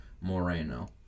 Moreno